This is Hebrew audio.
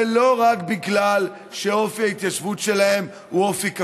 זה לא רק בגלל שאופי ההתיישבות שלהם הוא אופי כפרי.